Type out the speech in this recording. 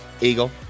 eagle